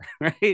right